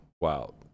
Wow